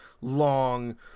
long